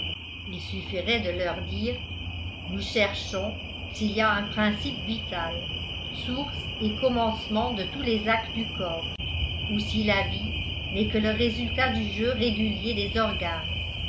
il suffirait de leur dire nous cherchons s'il y a un principe vital source et commencement de tous les actes du corps ou si la vie n'est que le résultat du jeu régulier des organes